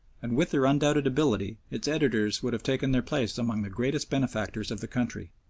and with their undoubted ability its editors would have taken their place among the greatest benefactors of the country.